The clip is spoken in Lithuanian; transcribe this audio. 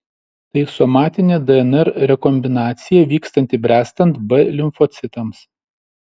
tai somatinė dnr rekombinacija vykstanti bręstant b limfocitams